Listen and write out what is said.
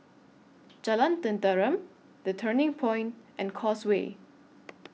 Jalan Tenteram The Turning Point and Causeway